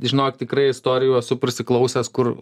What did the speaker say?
žinok tikrai istorijų esu prisiklausęs kur